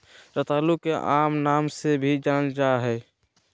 रतालू के आम नाम से भी जानल जाल जा हइ